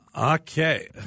Okay